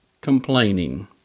complaining